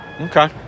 Okay